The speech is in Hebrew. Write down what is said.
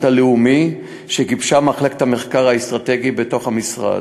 הלאומי שגיבשה מחלקת המחקר האסטרטגי בתוך המשרד.